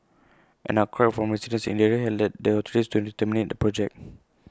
an outcry from residents in the area had led the authorities to terminate the project